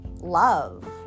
love